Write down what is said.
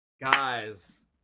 guys